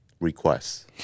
requests